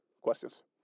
Questions